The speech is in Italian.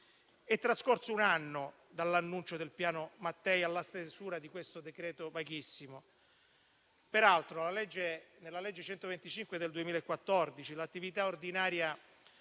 È trascorso un anno dall'annuncio del Piano Mattei alla stesura di questo decreto-legge vaghissimo. Peraltro, nella legge n. 125 del 2014, l'attività ordinaria